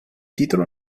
titolo